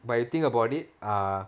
but you think about it ah